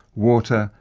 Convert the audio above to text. water,